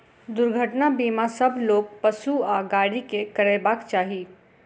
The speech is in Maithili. दुर्घटना बीमा सभ लोक, पशु आ गाड़ी के करयबाक चाही